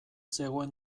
zegoen